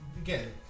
Again